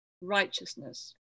righteousness